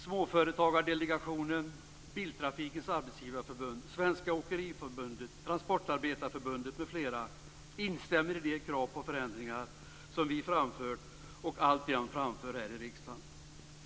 Småföretagsdelegationen, Biltrafikens arbetsgivareförbund, Svenska åkeriförbundet, Transportarbetareförbundet m.fl. instämmer i de krav på förändringar som vi har framfört och alltjämt framför här i riksdagen.